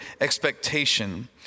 expectation